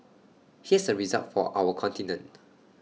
here's A result for our continent